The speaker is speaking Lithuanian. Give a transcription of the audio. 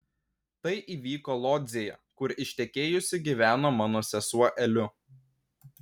tai įvyko lodzėje kur ištekėjusi gyveno mano sesuo eliu